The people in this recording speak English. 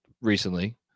recently